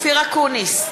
אופיר אקוניס,